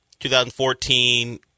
2014